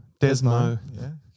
Desmo